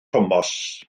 tomos